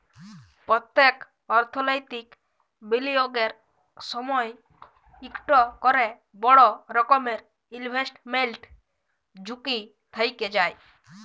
প্যত্তেক অথ্থলৈতিক বিলিয়গের সময়ই ইকট ক্যরে বড় রকমের ইলভেস্টমেল্ট ঝুঁকি থ্যাইকে যায়